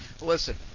listen